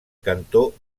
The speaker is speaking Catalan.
cantó